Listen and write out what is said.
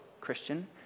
christian